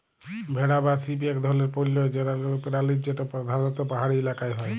ভেড়া বা শিপ ইক ধরলের পশ্য পেরালি যেট পরধালত পাহাড়ি ইলাকায় হ্যয়